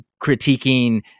critiquing